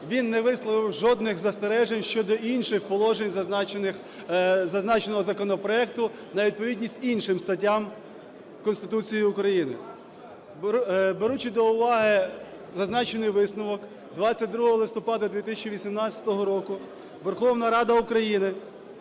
він не висловив жодних застережень щодо інших положень зазначеного законопроекту на відповідність іншим статтям Конституції України. Беручи до уваги зазначений висновок, 22 листопада 2018 року Верховна Рада України